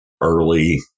early